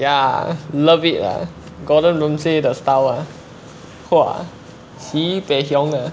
ya love it gordon ramsay the style sibei hiong uh